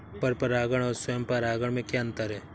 पर परागण और स्वयं परागण में क्या अंतर है?